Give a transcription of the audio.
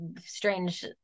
strange